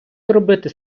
зробити